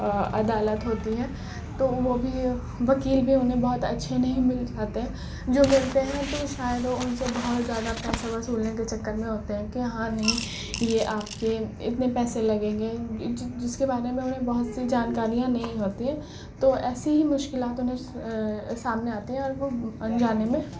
عدالت ہوتی ہے تو وہ بھی ہے وکیل بھی انہیں بہت اچھے نہیں مل پاتے جو ملتے ہیں تو شاید وہ ان سے بہت زیادہ پیسہ وصولنے کے چکر میں ہوتے ہیں کہ ہاں نہیں یہ آپ کے اتنے پیسے لگیں گے جس کے بارے میں انہیں بہت سی جانکاریاں نہیں ہوتی ہیں تو ایسی ہی مشکلات انہیں سامنے آتے ہیں اور وہ انجانے میں